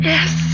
Yes